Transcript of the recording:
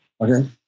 Okay